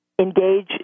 engage